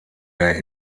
der